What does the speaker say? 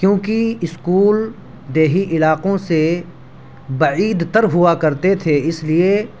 کیونکہ اسکول دیہی علاقوں سے بعید تر ہوا کرتے تھے اس لیے